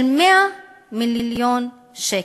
של 100 מיליון שקל.